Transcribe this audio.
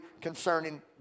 concerning